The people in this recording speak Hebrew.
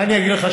מה אני אגיד לך,